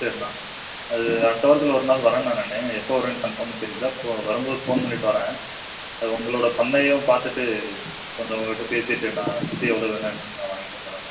சரிண்ணா அது அடுத்த வாரத்தில் ஒரு நாள் வர்றேண்ணா நான் எப்போ வர்றேன்னு கன்ஃபார்ம்மாக தெரியல அப்போது வரும் போது ஃபோன் பண்ணிட்டு வர்றேன் அது உங்களோட பண்ணையும் பார்த்துட்டு கொஞ்சம் உங்கள்ட்ட பேசிட்டு நான் குட்டி எவ்வளோ வேணும் என்னென்னு நான் வாங்கிட்டு வந்துட்றேண்ணா